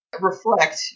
reflect